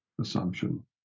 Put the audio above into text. assumption